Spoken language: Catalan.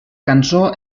cançó